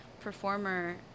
performer